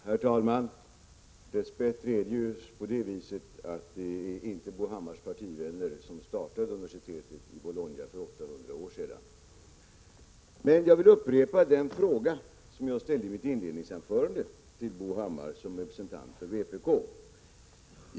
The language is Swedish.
Herr talman! Dess bättre var det inte Bo Hammars partivänner som startade universitetet i Bologna för 800 år sedan. Jag vill upprepa den fråga som jag ställde i mitt inledningsanförande till Bo Hammar som representant för vpk.